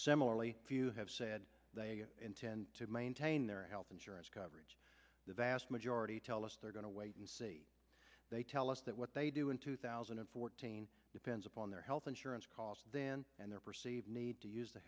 similarly if you have said they intend to maintain their health insurance coverage the vast majority tell us they're going to wait and see they tell us that what they do in two thousand and fourteen depends upon their health insurance cost then and their perceived need to use the